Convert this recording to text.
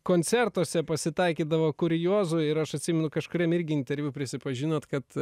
koncertuose pasitaikydavo kuriozų ir aš atsimenu kažkuriame irgi interviu prisipažinot kad